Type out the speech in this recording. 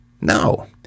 No